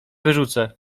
wyrzucę